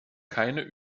keine